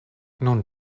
nun